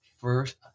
first